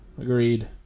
Agreed